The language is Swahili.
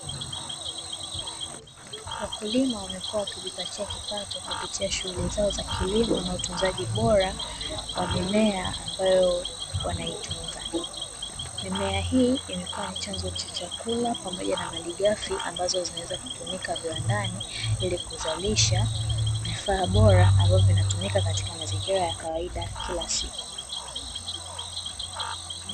Wakulima wamekuwa wakijipatia kipato kupitia shughuli zao za kilimo na utunzaji bora wa mimea ambayo wanaitunza. Mimea hii imekua ni chanzo cha chakula pamoja malighafi ambazo zinaweza kutumika viwandani ili kuzalisha vifaa bora ambavyo vinatumika katika mazingira ya kawaida kila siku.